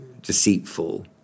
deceitful